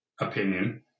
opinion